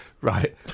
right